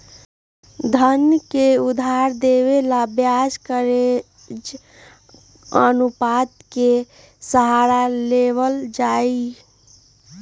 धन के उधार देवे ला ब्याज कवरेज अनुपात के सहारा लेवल जाहई